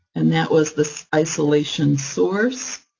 and that was the isolation source,